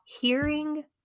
hearing